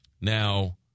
Now